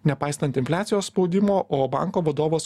nepaisant infliacijos spaudimo o banko vadovas